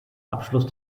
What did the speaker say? abschluss